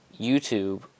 YouTube